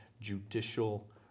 judicial